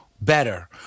Better